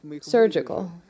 surgical